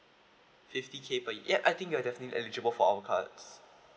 fifty K per year ya I think you are definitely eligible for our cards